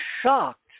shocked